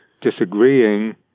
disagreeing